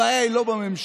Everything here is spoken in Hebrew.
הבעיה היא לא בממשלה.